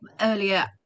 earlier